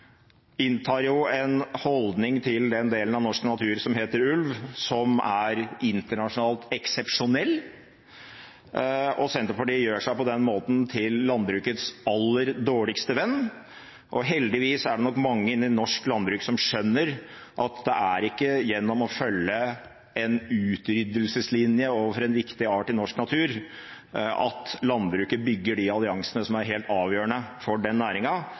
gjør seg på den måten til landbrukets aller dårligste venn. Heldigvis er det nok mange innen norsk landbruk som skjønner at det ikke er gjennom å følge en utryddelseslinje overfor en viktig art i norsk natur at landbruket bygger de alliansene med resten av samfunnet som er helt avgjørende for den